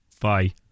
bye